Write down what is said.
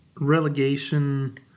relegation